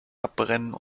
abbrennen